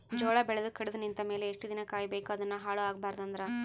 ಜೋಳ ಬೆಳೆದು ಕಡಿತ ನಿಂತ ಮೇಲೆ ಎಷ್ಟು ದಿನ ಕಾಯಿ ಬೇಕು ಅದನ್ನು ಹಾಳು ಆಗಬಾರದು ಅಂದ್ರ?